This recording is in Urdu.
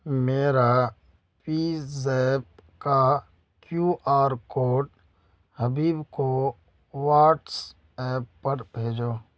میرا پی زیپ کا کیو آر کوڈ حبیب کو واٹس ایپ پر بھیجو